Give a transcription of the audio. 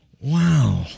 Wow